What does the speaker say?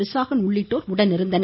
விசாகன் உள்ளிட்டோர் உடனிருந்தனர்